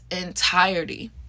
entirety